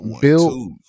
Bill